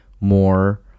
more